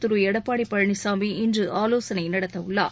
திருஎடப்பாடிபழனிசாமி இன்றுஆலோசனைநடத்தஉள்ளார்